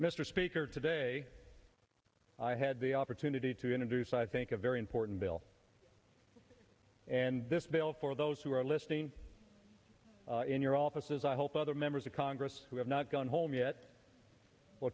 mr speaker today i had the opportunity to introduce i think a very important bill and this bill for those who are listening in your offices i hope other members of congress who have not gone home yet w